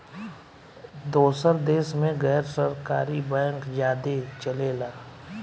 दोसर देश मे गैर सरकारी बैंक ज्यादे चलेला